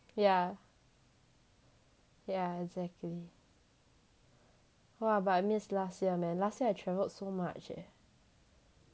yeah yeah exactly !wah! but I miss last man last year I traveled so much eh